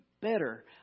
better